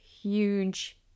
huge